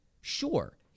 sure